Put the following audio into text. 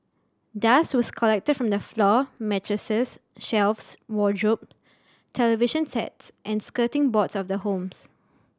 dust was collected from the floor mattresses shelves wardrobe television sets and skirting boards of the homes